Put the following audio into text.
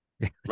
right